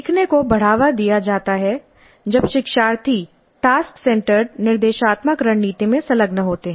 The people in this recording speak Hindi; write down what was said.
सीखने को बढ़ावा दिया जाता है जब शिक्षार्थी टास्क सेंटर्ड निर्देशात्मक रणनीति में संलग्न होते हैं